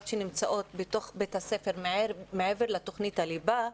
שנמצאות בתוך בית הספר מעבר לתוכנית הליבה,